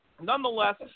nonetheless